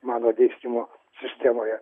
mano dėstymo sistemoje